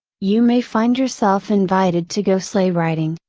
you may find yourself invited to go sleigh riding,